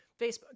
Facebook